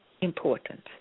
important